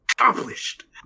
accomplished